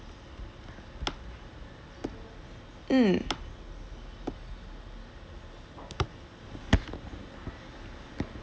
mm